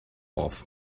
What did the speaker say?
off